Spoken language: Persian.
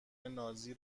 نازی